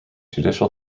judicial